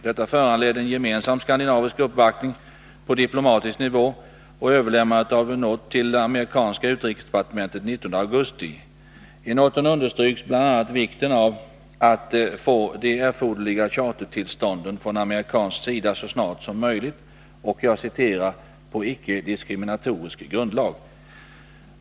Detta föranledde en gemensam skandinavisk uppvaktning på diplomatisk nivå och överlämnandet av en not till amerikanska utrikesdepartementet den 19 augusti. I noten understryks bl.a. vikten av att få de erforderliga chartertillstånden från amerikansk sida så snart som möjligt och ”på icke-diskriminatoriskt grundlag”.